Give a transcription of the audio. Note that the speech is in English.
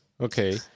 Okay